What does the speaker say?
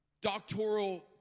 doctoral